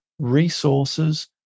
Resources